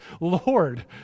Lord